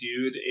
dude